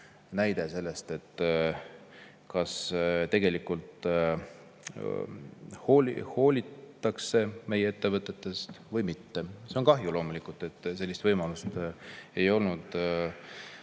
näide sellest, kas tegelikult hoolitakse meie ettevõtetest või mitte. On loomulikult kahju, et sellist võimalust ei olnud